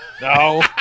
No